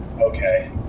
okay